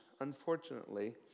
unfortunately